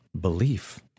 belief